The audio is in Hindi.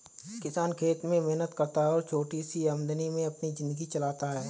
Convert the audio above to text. किसान खेत में मेहनत करता है और छोटी सी आमदनी में अपनी जिंदगी चलाता है